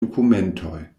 dokumentoj